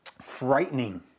frightening